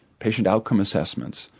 patient outcome assessments,